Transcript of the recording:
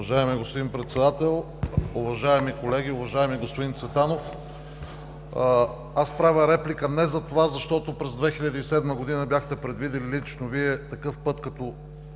Уважаеми господин Председател, уважаеми колеги! Уважаеми господин Цветанов, правя реплика не защото през 2007 г. бяхте предвидили лично Вие такъв път като